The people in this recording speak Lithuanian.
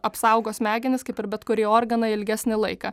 apsaugo smegenis kaip ir bet kurį organą ilgesnį laiką